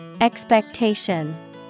Expectation